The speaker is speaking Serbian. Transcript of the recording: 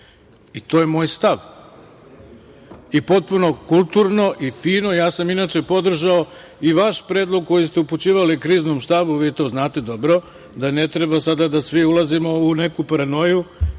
To je moj stav, potpuno kulturno i fino. Inače, ja sam podržao i vaš predlog koji ste upućivali Kriznom štabu, vi to znate dobro, da ne treba sada da svi ulazimo u neku paranoju